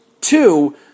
Two